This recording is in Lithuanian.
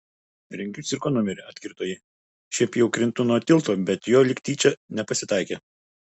rengiu cirko numerį atkirto ji šiaip jau krintu nuo tilto bet jo lyg tyčia nepasitaikė